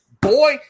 boy